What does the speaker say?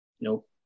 Nope